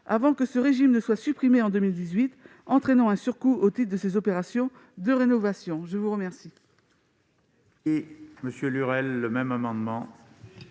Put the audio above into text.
avant que ce régime soit supprimé en 2018, entraînant un surcoût au titre de ces opérations de rénovation. La parole